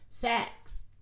Facts